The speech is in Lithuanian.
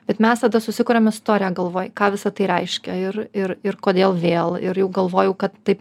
bet mes tada susikuriam istoriją galvoj ką visa tai reiškia ir ir ir kodėl vėl ir jau galvojau kad taip